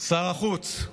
שר החוץ.